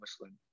Muslim